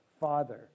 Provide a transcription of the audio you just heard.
Father